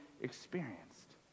experienced